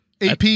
AP